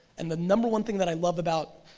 and the number one thing that i love about,